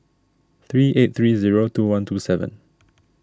three eight three zero two one two seven